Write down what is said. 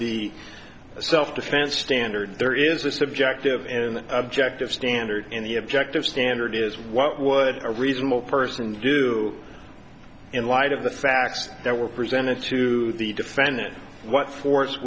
the self defense standard there is a subjective and objective standard in the objective standard is what would a reasonable person do in light of the facts that were presented to the defendant what force